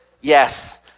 yes